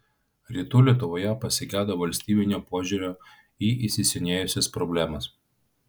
rytų lietuvoje pasigedo valstybinio požiūrio į įsisenėjusias problemas